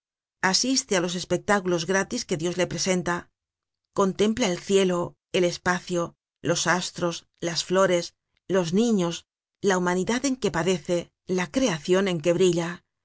asiste á los espectáculos gratis que dios le presenta contempla el cielo el espacio los astros las flores los niños la humanidad en que padece la creacion en que brilla